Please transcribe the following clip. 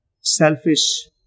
selfish